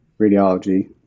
Radiology